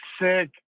sick